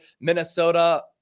Minnesota